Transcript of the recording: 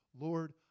Lord